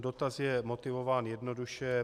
Dotaz je motivován jednoduše.